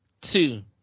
Two